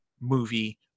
movie